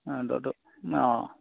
অঁ দদৌ অঁ